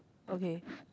okay